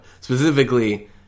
Specifically